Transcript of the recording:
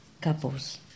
couples